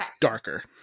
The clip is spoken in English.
darker